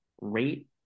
rate